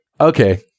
Okay